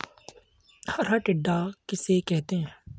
हरा टिड्डा किसे कहते हैं?